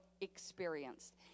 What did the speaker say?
experienced